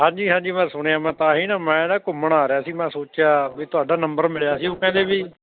ਹਾਂਜੀ ਹਾਂਜੀ ਮੈਂ ਸੁਣਿਆ ਵਾ ਤਾਂ ਹੀ ਨਾ ਮੈਂ ਘੁੰਮਣ ਆ ਰਿਹਾ ਸੀ ਮੈਂ ਸੋਚਿਆ ਵੀ ਤੁਹਾਡਾ ਨੰਬਰ ਮਿਲਿਆ ਸੀ ਉਹ ਕਹਿੰਦੇ ਵੀ